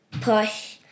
push